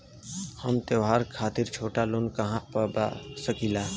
हम त्योहार खातिर छोटा लोन कहा पा सकिला?